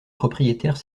propriétaires